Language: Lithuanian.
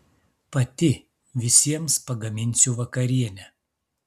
pati visiems pagaminsiu vakarienę